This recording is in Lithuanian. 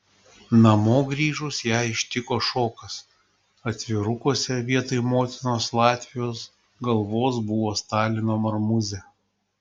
namo grįžus ją ištiko šokas atvirukuose vietoj motinos latvijos galvos buvo stalino marmūzė